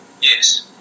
Yes